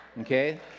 Okay